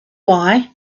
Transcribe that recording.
why